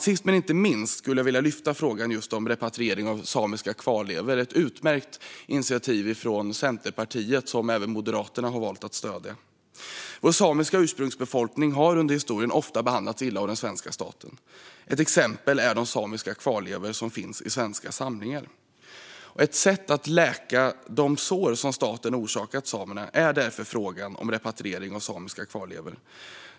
Sist men inte minst skulle jag vilja lyfta fram frågan om repatriering av samiska kvarlevor, ett utmärkt initiativ från Centerpartiet som även Moderaterna har valt att stödja. Vår samiska ursprungsbefolkning har under historien ofta behandlats illa av den svenska staten. Ett exempel är de samiska kvarlevor som finns i svenska samlingar. Ett sätt att läka de sår som staten orsakat samerna är därför repatriering av samiska kvarlevor.